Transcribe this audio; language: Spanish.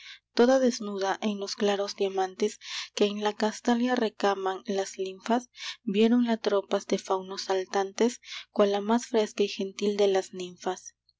toda desnuda en los claros diamantes que en la castalia recaman las linfas viéronla tropas de faunos saltantes cual la más fresca y gentil de las ninfas